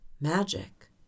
magic